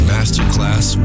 Masterclass